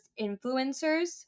influencers